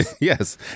Yes